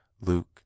Luke